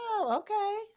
Okay